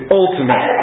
ultimate